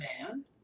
man